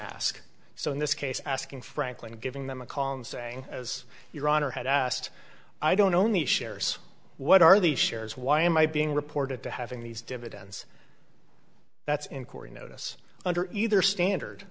ask so in this case asking franklin giving them a call and saying as your honor had asked i don't own the shares what are the shares why am i being reported to having these dividends that's inquiry notice under either standard